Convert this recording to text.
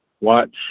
Watch